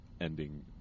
ending